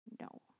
No